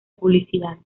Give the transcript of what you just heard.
publicidad